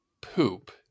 poop